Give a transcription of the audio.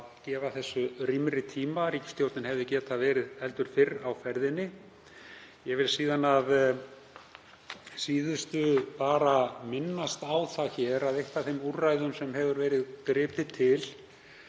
að gefa þessu rýmri tíma. Ríkisstjórnin hefði getað verið heldur fyrr á ferðinni. Ég vil að síðustu minnast á það hér að eitt af þeim úrræðum sem hefur verið gripið til